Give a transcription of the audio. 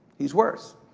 he's worse,